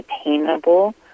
attainable